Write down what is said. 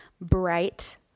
bright